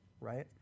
right